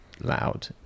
loud